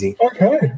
Okay